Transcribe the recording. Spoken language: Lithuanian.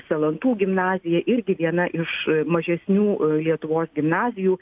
salantų gimnazija irgi viena iš mažesnių lietuvos gimnazijų